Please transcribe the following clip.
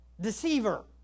Deceiver